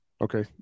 Okay